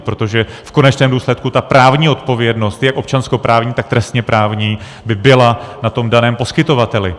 Protože v konečném důsledku právní odpovědnost jak občanskoprávní, tak trestněprávní by byla na daném poskytovateli.